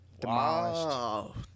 demolished